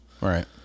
Right